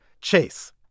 Chase